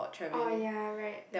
oh ya right